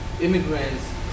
immigrants